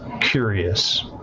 curious